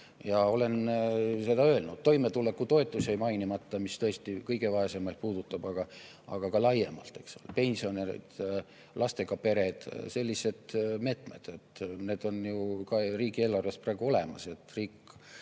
Ja olen seda öelnud. Toimetulekutoetus jäi mainimata, mis tõesti kõige vaesemaid puudutab, aga ka laiemalt, eks ole, pensionärid, lastega pered, sellised meetmed. Need on riigieelarves ju ka praegu olemas. See jutt,